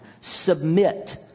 Submit